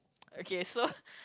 okay so